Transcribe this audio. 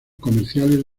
comerciales